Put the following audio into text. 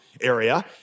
area